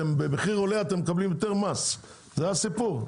אם המחיר עולה אתם מקבלים יותר מס, זה הסיפור?